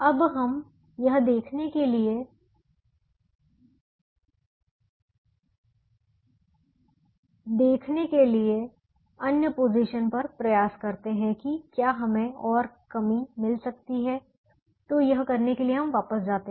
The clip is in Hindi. अब हम यह देखने के लिए अन्य पोजीशन पर प्रयास करते हैं कि क्या हमें और कमी मिल सकती है तो यह करने के लिए हम वापस जाते हैं